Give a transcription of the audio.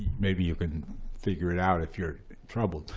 maybe you can figure it out if you're troubled.